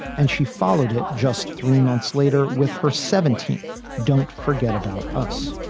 and she followed it just three months later with her seventeen don't forget about us